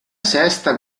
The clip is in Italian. sesta